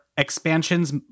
expansions